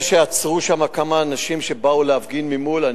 זה שעצרו שם כמה אנשים שבאו להפגין ממול,